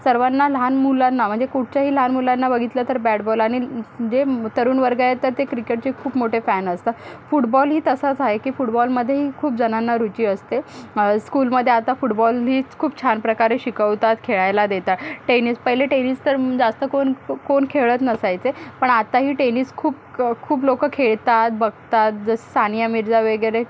सर्वांना लहान मुलांना म्हणजे कुठच्याही लहान मुलांना बघितलं तर बॅट बॉल आणि जे तरुण वर्ग आहे तर ते क्रिकेटचे खूप मोठे फॅन असतात फुटबॉलही तसाच आहे की फुटबॉलमध्येही खूप जणांना रुची असते स्कूलमध्ये आता फुटबॉलही खूप छान प्रकारे शिकवतात खेळायला देतात टेनिस पहिले टेनिस तर जास्त कोण कोण खेळत नसायचे पण आताही टेनिस खूप खूप लोकं खेळतात बघतात जस सानिया मिर्झा वगैरे त्या